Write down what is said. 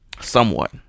somewhat